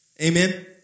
Amen